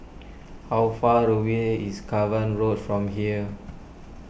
how far away is Cavan Road from here